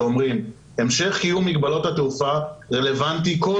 שאומרים: "המשך קיום מגבלות התעופה רלוונטי כל